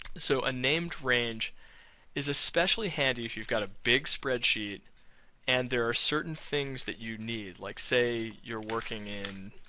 so, a named range is especially handy if you've got a big spreadsheet and there are certain things that you need, like say you're working in